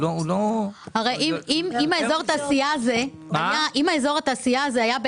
הרי אם אזור התעשייה היה באשקלון,